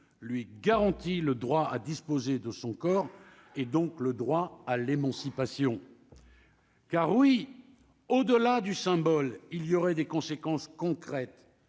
lui garantit le droit à disposer de son corps et donc le droit à l'émancipation car oui, au-delà du symbole, il y aurait des conséquences concrètes,